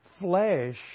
Flesh